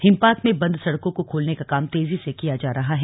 हिमपात में बंद सड़कों को खोलने का काम तेजी से किया जा रहा है